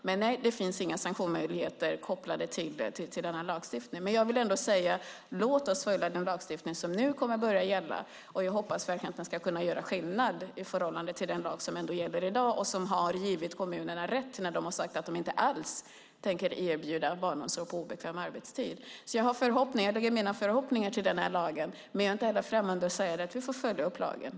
Men det finns alltså inga sanktionsmöjligheter kopplade till nya lagstiftningen. Jag vill ändå säga: Låt oss följa den lagstiftning som nu kommer att börja gälla. Jag hoppas verkligen att den ska göra skillnad i förhållande till den lag som gäller i dag och som har givit kommunerna rätt när de har sagt att de inte alls tänker erbjuda barnomsorg på obekväm arbetstid. Jag ställer mina förhoppningar till den nya lagen. Men jag är inte heller främmande för att säga: Vi får följa upp lagen.